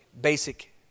basic